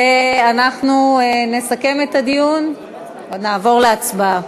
ואנחנו נסכם את הדיון ונעבור להצבעה.